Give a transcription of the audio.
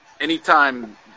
Anytime